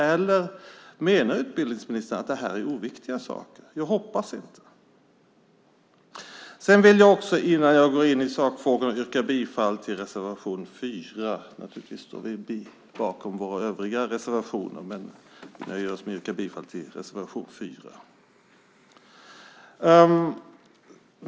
Eller menar utbildningsministern att detta är oviktiga saker? Jag hoppas inte det. Innan jag går in på sakfrågorna yrkar jag bifall till reservation 4, men naturligtvis står vi bakom våra övriga reservationer.